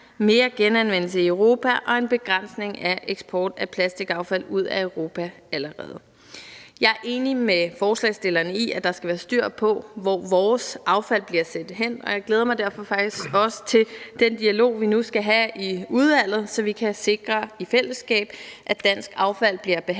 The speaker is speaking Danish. mere genanvendelse i Europa og en begrænsning af eksport af plastikaffald ud af Europa allerede. Jeg er enig med forslagsstillerne i, at der skal være styr på, hvor vores affald bliver sendt hen, og jeg glæder mig derfor faktisk også til den dialog, vi nu skal have i udvalget, så vi i fællesskab kan sikre, at dansk affald bliver behandlet